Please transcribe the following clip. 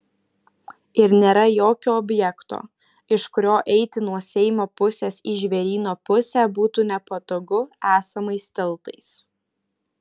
ir nėra jokio objekto iš kurio eiti nuo seimo pusės į žvėryno pusę būtų nepatogu esamais tiltais